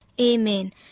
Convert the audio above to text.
Amen